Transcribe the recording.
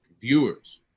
viewers